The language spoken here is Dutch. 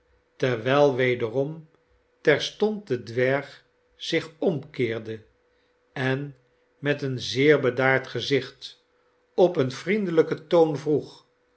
terwijl wederom terstond de dwerg zich omkeerde en met een zeer bedaard gezicht op een vriendelijken toon vroeg